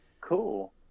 cool